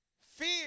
Fear